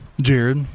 jared